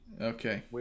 Okay